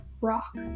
Rock